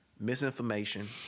Misinformation